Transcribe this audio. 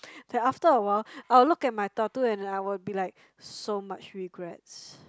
that after a while I'll look at my tattoo and I will be like so much regrets